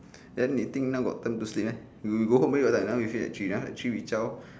then you think now got time to sleep meh you you go home where got time now we leave at three now at three we chao